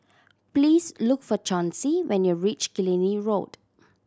please look for Chauncy when you reach Killiney Road